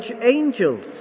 angels